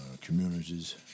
communities